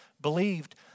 believed